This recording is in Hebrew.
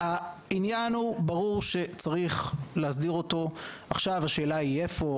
הוא אומר שברור שצריך להסדיר את העניין והשאלה היא איפה,